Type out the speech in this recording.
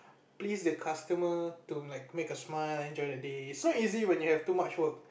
please the customer to like make smile enjoy their day so easy when you have too much work